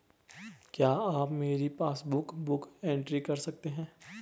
क्या आप मेरी पासबुक बुक एंट्री कर सकते हैं?